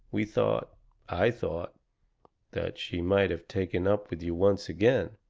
we thought i thought that she might have taken up with you once again.